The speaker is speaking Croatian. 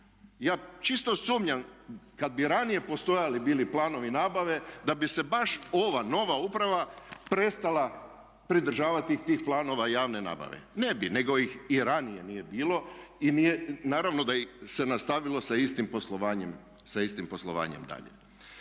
ja čisto sumnjam kad bi ranije postojali bili planovi nabave, da bi se baš ova nova uprava prestala pridržavati tih planova javne nabave. Ne bi, nego ih i ranije nije bilo i naravno da se nastavilo sa istim poslovanjem dalje.